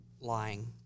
lying